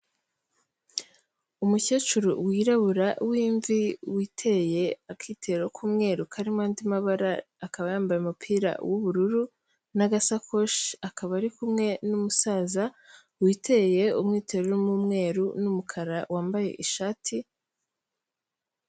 Umukecuru wirabura w'imvi witeye akitero k'umweru karimo andi mabara, akaba yambaye umupira w'ubururu n'agasakoshi, akaba ari kumwe n'umusaza witeye umwitero urimo umweru n'umukara wambaye ishati...